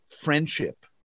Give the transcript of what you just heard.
friendship